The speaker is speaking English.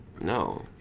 No